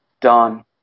done